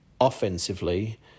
offensively